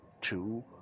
two